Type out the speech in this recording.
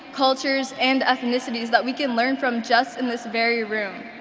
cultures, and ethnicities that we can learn from just in this very room.